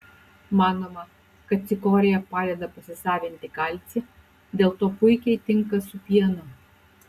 manoma kad cikorija padeda pasisavinti kalcį dėl to puikiai tinka su pienu